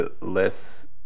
less